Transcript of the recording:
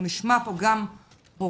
אנחנו נשמע פה גם הורים,